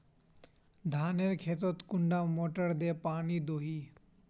धानेर खेतोत कुंडा मोटर दे पानी दोही?